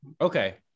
okay